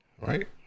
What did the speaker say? right